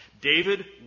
David